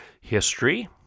history